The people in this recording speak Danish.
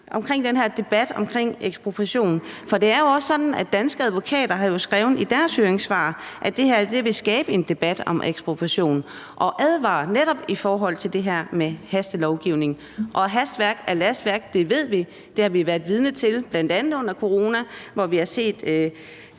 med den her debat om ekspropriation. Det er jo sådan, at Danske Advokater i deres høringssvar har skrevet, at det her vil skabe en debat om ekspropriation, og de advarer netop imod det her med hastelovgivning. Hastværk er lastværk; det ved vi, og det har vi været vidne til, bl.a. under corona, hvor vi har set